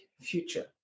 future